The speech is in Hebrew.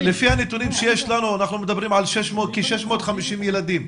לפי הנתונים שיש לנו אנחנו מדברים על כ-650 ילדים.